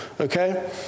okay